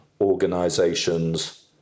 organizations